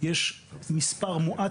יש מספר מועט